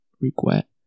regret